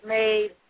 made